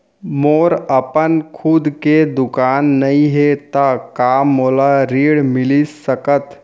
मोर अपन खुद के दुकान नई हे त का मोला ऋण मिलिस सकत?